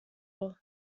all